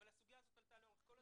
אבל הסוגיה הזו עלתה לאורך כל הדיון.